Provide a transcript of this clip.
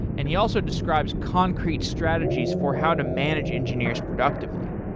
and he also describes concrete strategies for how to manage engineers productively.